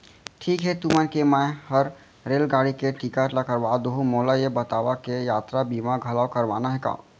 ठीक हे तुमन के मैं हर रेलगाड़ी के टिकिट ल करवा दुहूँ, मोला ये बतावा के यातरा बीमा घलौ करवाना हे का?